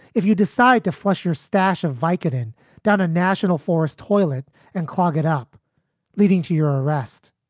if you decide to flush your stash of vike it in down a national forest toilet and clog it up leading to your arrest.